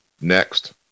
Next